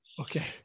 Okay